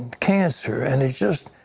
cancer and just,